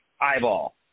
Eyeball